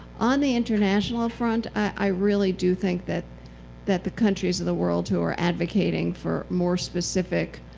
on the international affront, i really do think that that the countries of the world who are advocating for more specific